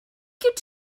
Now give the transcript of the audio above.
think